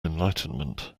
enlightenment